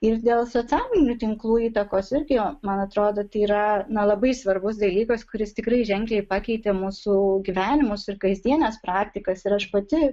ir dėl socialinių tinklų įtakos irgi man atrodo tai yra na labai svarbus dalykas kuris tikrai ženkliai pakeitė mūsų gyvenimus ir kasdienes praktikas ir aš pati